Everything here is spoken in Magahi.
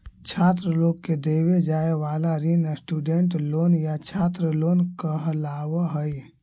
छात्र लोग के देवे जाए वाला ऋण स्टूडेंट लोन या छात्र लोन कहलावऽ हई